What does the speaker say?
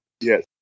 Yes